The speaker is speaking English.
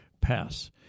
pass